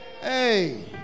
Hey